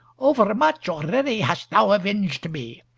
overmuch already hast thou avenged me.